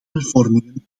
hervormingen